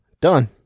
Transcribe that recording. Done